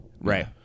Right